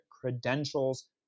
credentials